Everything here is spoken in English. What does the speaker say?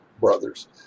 brothers